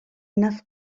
enough